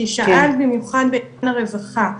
כי שאלת במיוחד לרווחה.